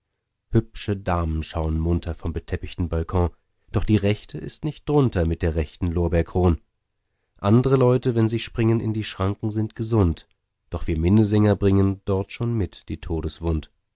hübsche damen schauen munter vom beteppichten balkon doch die rechte ist nicht drunter mit der rechten lorbeerkron andre leute wenn sie springen in die schranken sind gesund doch wir minnesänger bringen dort schon mit die todeswund